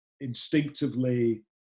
instinctively